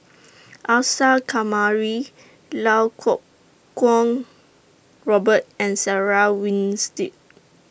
Isa Kamari Lau Kuo Kwong Robert and Sarah Winstedt